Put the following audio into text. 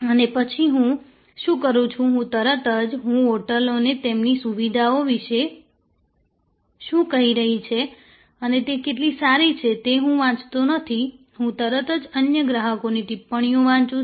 અને પછી હું શું કરું છું હું તરત જ હું હોટેલો તેમની સુવિધાઓ વિશે શું કહી રહી છે અને તે કેટલી સારી છે તે હું વાંચતો નથી હું તરત જ અન્ય ગ્રાહકોની ટિપ્પણીઓ વાંચું છું